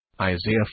Isaiah